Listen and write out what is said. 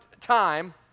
time